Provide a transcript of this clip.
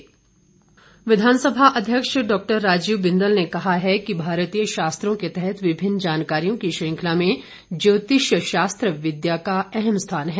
बिंदल विधानसभा अध्यक्ष डॉक्टर राजीव बिंदल ने कहा है कि भारतीय शास्त्रों के तहत विभिन्न जानकारियों की श्रृंखला में ज्योतिष शास्त्र विद्या अहम स्थान है